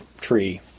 tree